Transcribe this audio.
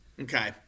Okay